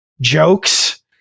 jokes